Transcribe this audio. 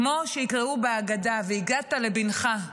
כמו שיקראו בהגדה "והגדת לבנך"